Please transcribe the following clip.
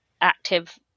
Active